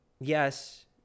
yes